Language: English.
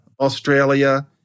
Australia